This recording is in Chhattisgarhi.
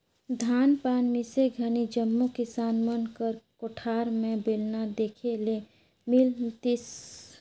धान पान मिसे घनी जम्मो किसान मन कर कोठार मे बेलना देखे ले मिलतिस